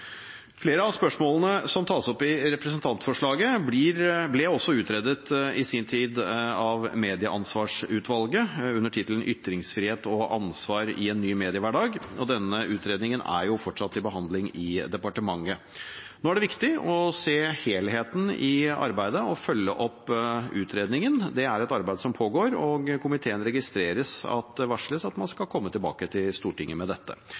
Flere av spørsmålene som tas opp i representantforslaget, ble i sin tid utredet av Medieansvarsutvalget, under tittelen Ytringsfrihet og ansvar i en ny mediehverdag. Denne utredningen er fortsatt til behandling i departementet. Nå er det viktig å se helheten i arbeidet og følge opp utredningen. Det er et arbeid som pågår, og komiteen registrerer at det varsles at man skal komme tilbake til Stortinget med dette.